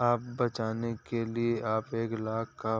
कर बचाने के लिए आप एक लाख़ का